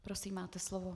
Prosím, máte slovo.